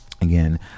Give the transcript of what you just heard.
again